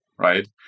right